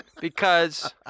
because-